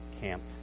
camp